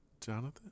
jonathan